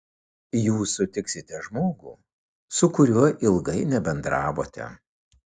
jūs sutiksite žmogų su kuriuo ilgai nebendravote